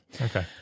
Okay